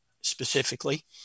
specifically